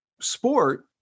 sport